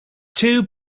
two